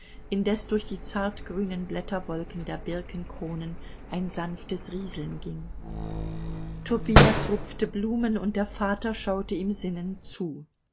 indes durch die zartgrünen blätterwolken der birkenkronen ein sanftes rieseln ging tobias rupfte blumen und der vater schaute ihm sinnend zu